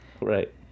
Right